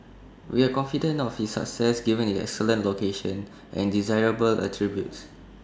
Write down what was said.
we are confident of its success given its excellent location and desirable attributes